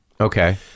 Okay